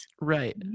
right